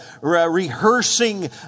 rehearsing